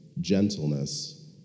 gentleness